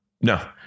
No